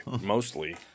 mostly